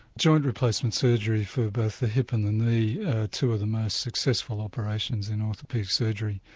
joint replacement surgery for both the hip and the knee are two of the most successful operations in orthopaedic surgery.